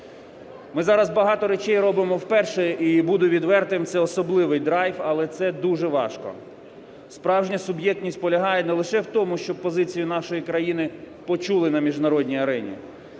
Ми зараз багато речей робимо вперше, і буду відвертим, це особливий драйв, але це дуже важко. Справжня суб'єктність полягає не лише в тому, щоб позиції нашої країни почули на міжнародній арені,